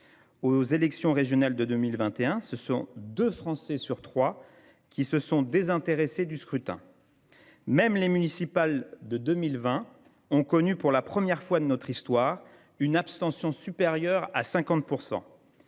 Aux élections régionales de 2021, ce sont deux Français sur trois qui se sont désintéressés du scrutin. Même les élections municipales de 2020 ont connu, pour la première fois de notre histoire, une abstention supérieure à 50 %.